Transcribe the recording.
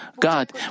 God